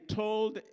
told